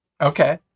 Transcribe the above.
Okay